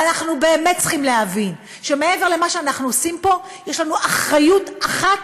ואנחנו באמת צריכים להבין שמעבר למה שאנחנו עושים פה יש לנו אחריות אחת,